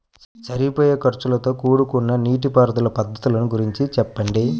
సరిపోయే ఖర్చుతో కూడుకున్న నీటిపారుదల పద్ధతుల గురించి చెప్పండి?